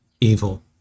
evil